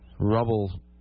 rubble